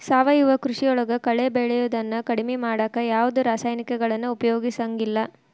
ಸಾವಯವ ಕೃಷಿಯೊಳಗ ಕಳೆ ಬೆಳಿಯೋದನ್ನ ಕಡಿಮಿ ಮಾಡಾಕ ಯಾವದ್ ರಾಸಾಯನಿಕಗಳನ್ನ ಉಪಯೋಗಸಂಗಿಲ್ಲ